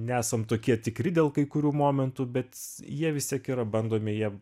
nesam tokie tikri dėl kai kurių momentų bet jie vis tiek yra bandomi jie